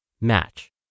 match